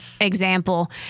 example